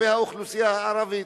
כלפי האוכלוסייה הערבית.